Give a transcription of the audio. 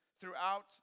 throughout